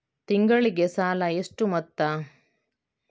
ತಿಂಗಳಿಗೆ ಸಾಲ ಎಷ್ಟು ಮೊತ್ತ?